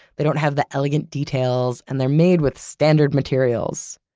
they don't have the elegant details and they're made with standard materials